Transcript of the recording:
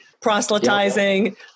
proselytizing